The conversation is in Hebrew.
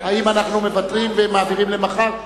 האם אנחנו מוותרים ומעבירים למחר?